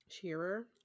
Shearer